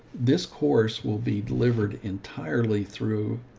this course will be delivered entirely through,